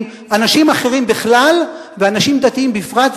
אנשים אחרים בכלל ואנשים דתיים בפרט,